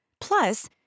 Plus